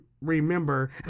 remember